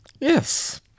Yes